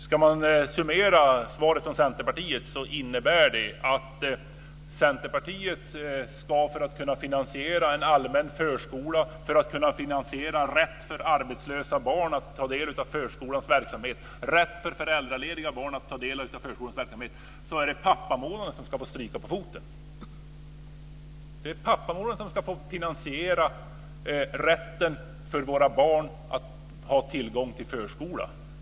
Summerar man svaret från Centerpartiet innebär det att för att kunna finansiera en allmän förskola och rätt för barn till arbetslösa föräldrar liksom barn till föräldralediga föräldrar att ta del av förskolans verksamhet låter Centerpartiet pappamånaden få stryka på foten. Det är pappamånaden som ska få finansiera rätten för våra barn att ha tillgång till förskola.